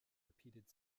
repeated